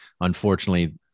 Unfortunately